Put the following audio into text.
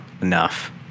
enough